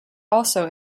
also